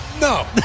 No